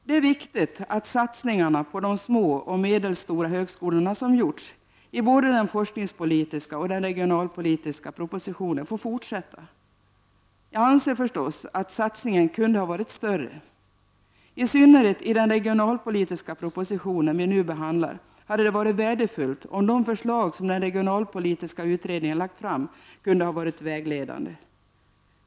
Det är viktigt att satsningarna på de små och medelstora högskolorna som gjorts i både den forskningspolitiska och den regionalpolitiska propositionen får fortsätta. Jag anser förstås att satsningarna kunde ha varit större. I synnerhet i den regionalpolitiska proposition som vi nu behandlar hade det varit värdefullt om de förslag som den regionalpolitiska utredningen lagt fram kunde ha varit vägledande.